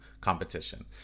competition